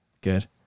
Good